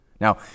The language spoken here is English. Now